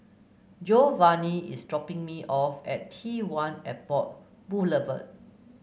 Geovanni is dropping me off at T one Airport Boulevard